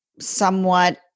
somewhat